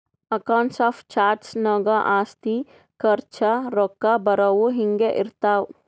accounts of charts ನಾಗ್ ಆಸ್ತಿ, ಖರ್ಚ, ರೊಕ್ಕಾ ಬರವು, ಹಿಂಗೆ ಇರ್ತಾವ್